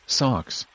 socks